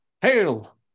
Hail